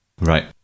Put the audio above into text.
Right